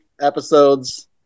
episodes